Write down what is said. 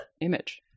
image